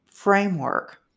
framework